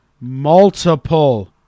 multiple